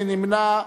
מי נמנע?